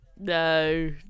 No